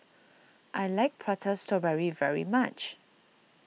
I like Prata Strawberry very much